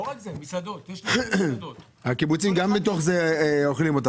הקיבוצים גם "אוכלים אותה",